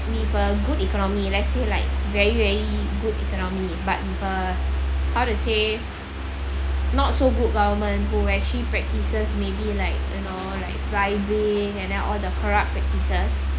with a good economy let's say like very very good economy but with a how to say not so good government who actually practices maybe like you know like bribing and then all the corrupt practices